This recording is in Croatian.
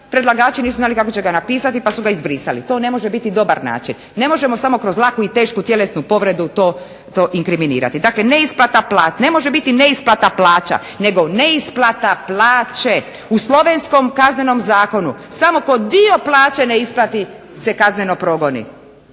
predlagači nisu znali kako će ga napisati pa su ga izbrisali. To ne može biti dobar način. Ne možemo samo kroz laku i tešku tjelesnu povredu to inkriminirati. Dakle, neisplata plaća. Ne može biti neisplata plaća, nego neisplata plaće. U slovenskom kaznenom zakonu samo tko dio plaće ne isplati se kazneno progoni.